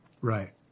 Right